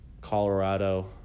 Colorado